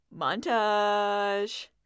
Montage